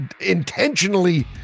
intentionally